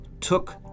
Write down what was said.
took